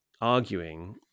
arguing